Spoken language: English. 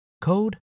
code